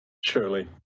Surely